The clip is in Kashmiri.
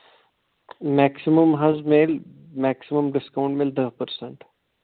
مٮ۪کسِمَم حظ میلہِ مٮ۪کسِمم ڈِسکاوُنٛٹ میلہِ دَہ پٔرسنٛٹ